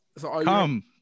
Come